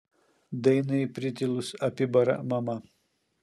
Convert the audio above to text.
dainai pritilus apibara mama